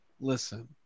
Listen